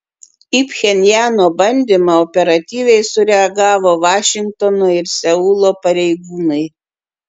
į pchenjano bandymą operatyviai sureagavo vašingtono ir seulo pareigūnai